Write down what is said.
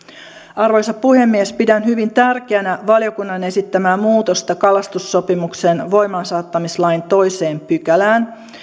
arvoisa puhemies pidän hyvin tärkeänä valiokunnan esittämää muutosta kalastussopimuksen voimaansaattamislain toiseen pykälään